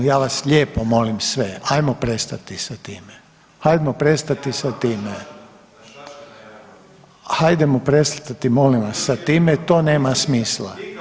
Ja vas lijepo molim sve, ajmo prestati sa time, hajdmo prestati sa time, hajdemo prestati molim vas sa time, to nema smisla.